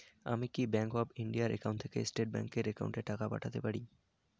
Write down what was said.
আমি কি bank of India এর একাউন্ট থেকে স্টেট ব্যাংক এর একাউন্টে টাকা পাঠাতে পারি?